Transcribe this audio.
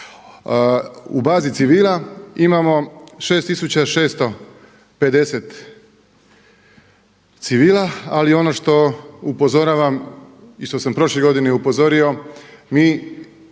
U bazi civila imamo 6650 civila ali ono što upozoravam i što sam prošle godine upozorio mi tu bazu